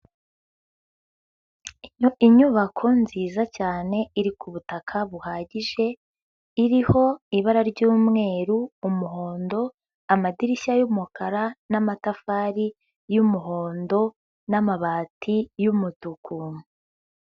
Inyubako nziza cyane iri ku butaka buhagije, iriho ibara ry'umweru, umuhondo, amadirishya y'umukara n'amatafari y'umuhondo n'amabati y'umutuku.